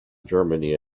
germany